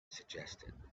suggested